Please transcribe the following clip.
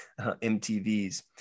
MTVs